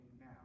now